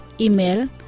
Email